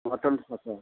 mutton ସାତଶହ